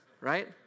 right